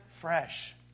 fresh